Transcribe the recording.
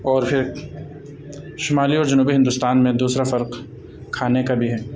اور پھر شمالی اور جنوبی ہندوستان میں دوسرا فرق کھانے کا بھی ہے